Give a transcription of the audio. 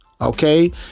okay